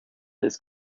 this